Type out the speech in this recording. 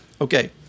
Okay